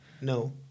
No